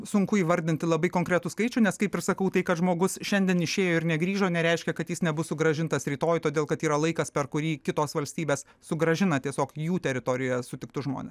sunku įvardinti labai konkretų skaičių nes kaip ir sakau tai kad žmogus šiandien išėjo ir negrįžo nereiškia kad jis nebus sugrąžintas rytoj todėl kad yra laikas per kurį kitos valstybės sugrąžina tiesiog jų teritorijoje sutiktus žmones